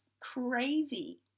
crazy